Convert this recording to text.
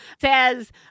says